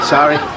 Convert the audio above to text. Sorry